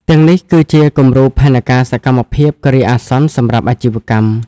ទាំងនេះគឺជា គំរូផែនការសកម្មភាពគ្រាអាសន្នសម្រាប់អាជីវកម្ម។